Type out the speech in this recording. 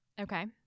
Okay